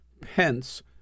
Pence